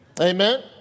Amen